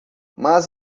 mas